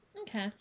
okay